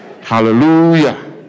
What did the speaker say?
hallelujah